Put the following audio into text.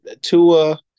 Tua